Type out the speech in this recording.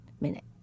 minute